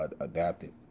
adapted